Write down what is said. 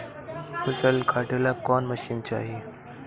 फसल काटेला कौन मशीन चाही?